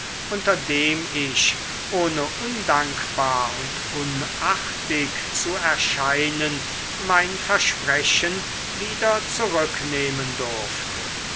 unter dem ich ohne undankbar und unartig zu erscheinen mein versprechen wieder zurücknehmen durfte